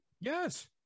yes